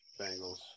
Bengals